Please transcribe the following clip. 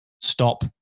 stop